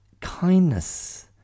kindness